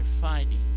finding